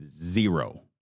zero